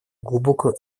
глубокую